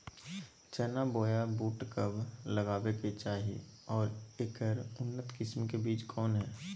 चना बोया बुट कब लगावे के चाही और ऐकर उन्नत किस्म के बिज कौन है?